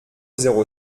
zéro